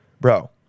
Bro